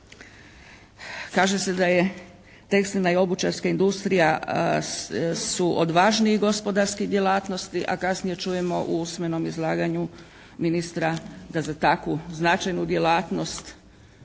Kaže se da je tekstilna i obućarska industrija su od važnijih gospodarskih djelatnosti, a kasnije čujemo u usmenom izlaganju ministra da za takvu značajnu djelatnost